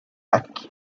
lacs